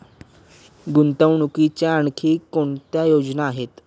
गुंतवणुकीच्या आणखी कोणत्या योजना आहेत?